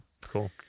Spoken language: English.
Cool